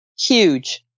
Huge